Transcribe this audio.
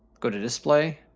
go to display.